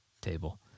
table